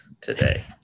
today